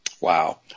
Wow